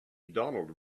donald